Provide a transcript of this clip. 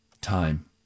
Time